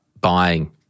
buying